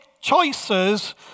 choices